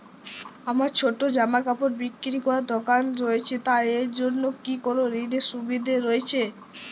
আমার ছোটো জামাকাপড় বিক্রি করার দোকান রয়েছে তা এর জন্য কি কোনো ঋণের সুবিধে রয়েছে?